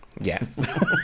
Yes